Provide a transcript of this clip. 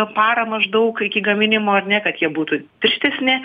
parą maždaug iki gaminimo ar ne kad jie būtų tvirtesni